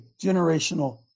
generational